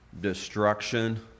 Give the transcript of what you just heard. destruction